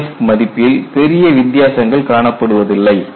SIF மதிப்பில் பெரிய வித்தியாசங்கள் காணப்படுவதில்லை